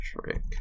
Trick